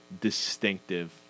distinctive